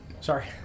Sorry